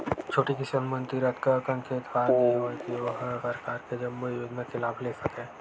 छोटे किसान मन तीर अतका अकन खेत खार नइ होवय के ओ ह सरकार के जम्मो योजना के लाभ ले सकय